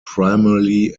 primarily